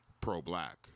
pro-black